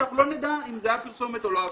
שאנחנו לא נדע אם זו היתה פרסומת או לא?